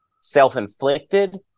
self-inflicted